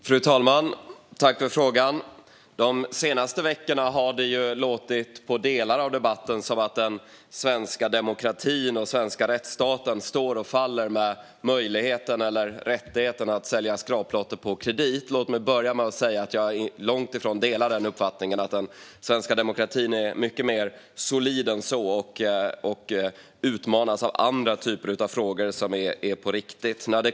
Fru talman! Jag tackar ledamoten för frågan. De senaste veckorna har det i delar av debatten låtit som att den svenska demokratin och rättsstaten står och faller med rättigheten att sälja skraplotter på kredit. Låt mig börja med att säga att jag långt ifrån delar denna uppfattning. Den svenska demokratin är mycket mer solid än så och utmanas av andra frågor som är på riktigt.